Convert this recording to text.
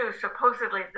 supposedly